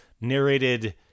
narrated